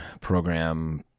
program